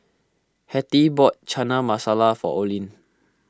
Hettie bought Chana Masala for Olin